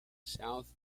south